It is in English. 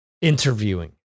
interviewing